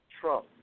Trump